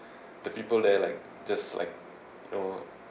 the people there like just like you know